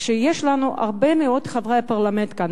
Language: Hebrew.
כשיש לנו הרבה מאוד חברי פרלמנט כאן,